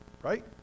Right